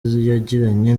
yagiranye